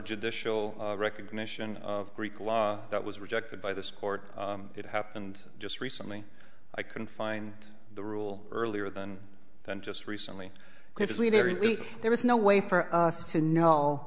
judicial recognition of greek law that was rejected by this court it happened just recently i couldn't find the rule earlier than than just recently because we do every week there is no way for us to know